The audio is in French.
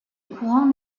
courant